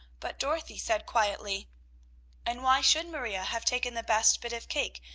but dorothy said quietly and why should maria have taken the best bit of cake,